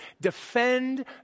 Defend